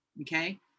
Okay